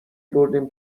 بردیم